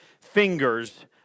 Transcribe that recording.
fingers